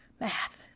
Math